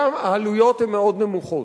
שם העלויות הן מאוד נמוכות.